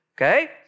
okay